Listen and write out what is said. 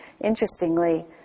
interestingly